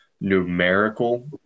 numerical